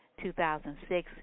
2006